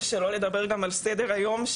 ושלא נדבר גם על סדר היום,